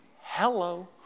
Hello